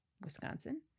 Wisconsin